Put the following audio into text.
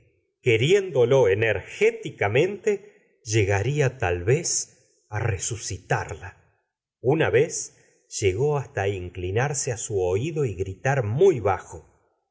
ary gicamente llegaría tal vez á resucitarla una vez llegó hasta inclinarse á su oído y gritar muy bajo c